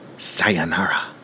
Sayonara